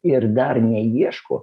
ir dar neieško